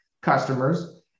customers